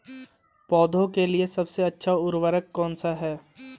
पौधों के लिए सबसे अच्छा उर्वरक कौनसा हैं?